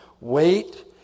Wait